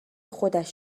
خودش